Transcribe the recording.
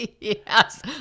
Yes